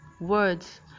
words